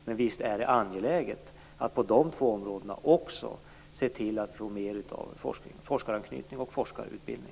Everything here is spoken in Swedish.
Men visst är det angeläget att vi ser till att det också på dessa två områden blir mer forskaranknytning och forskarutbildning.